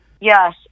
Yes